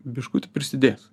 biškutį prisidės